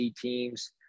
teams